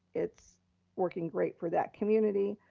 it's working great for that community,